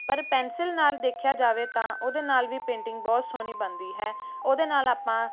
ਪਰ ਪੈਨਸਿਲ ਨਾਲ ਦੇਖਿਆ ਜਾਵੇ ਤਾਂ ਉਹਦੇ ਨਾਲ ਵੀ ਪੇਂਟਿੰਗ ਬਹੁਤ ਸੋਹਣੀ ਬਣਦੀ ਹੈ ਉਹਦੇ ਨਾਲ ਆਪਾਂ